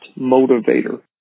motivator